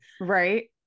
right